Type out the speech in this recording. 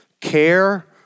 care